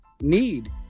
need